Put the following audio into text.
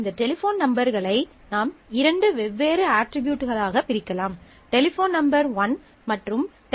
இந்த டெலிபோன் நம்பர்களை நாம் இரண்டு வெவ்வேறு அட்ரிபியூட்களாக பிரிக்கலாம் டெலிபோன் நம்பர் 1 மற்றும் டெலிபோன் நம்பர் 2